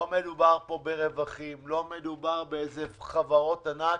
לא מדובר פה ברווחים, לא מדובר בחברות ענק,